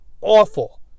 awful